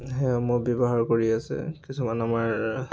সেইসমূহ ব্যৱহাৰ কৰি আছে কিছুমান আমাৰ